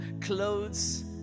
clothes